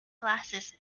glasses